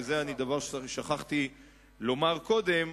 וזה דבר שאני שכחתי לומר קודם,